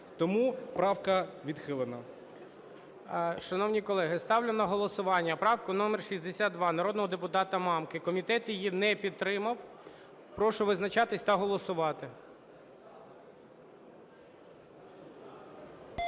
Тому правка відхилена. ГОЛОВУЮЧИЙ. Шановні колеги, ставлю на голосування правку номер 62 народного депутата Мамки, комітет її не підтримав. Прошу визначатися та голосувати.